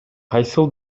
кайсыл